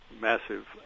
massive